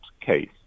case